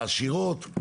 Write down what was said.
העשירות,